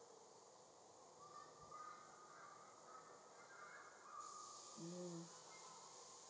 um